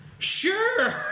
Sure